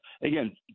again